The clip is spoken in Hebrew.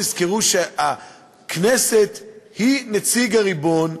תזכרו שהכנסת היא נציג הריבון,